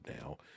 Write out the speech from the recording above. now